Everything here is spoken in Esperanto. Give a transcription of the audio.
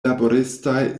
laboristaj